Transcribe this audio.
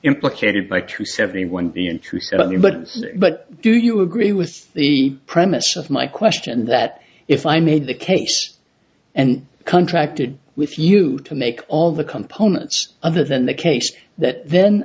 implicated by two seventy one the truth but do you agree with the premise of my question that if i made the case and contracted with you to make all the components other than the case that then